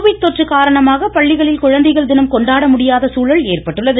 Covid தொற்று காரணமாக பள்ளிகளில் குழந்தைகள் தினம் கொண்டாடமுடியாத சூழல் ஏற்பட்டுள்ளது